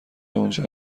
اونجا